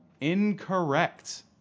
Incorrect